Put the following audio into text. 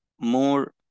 more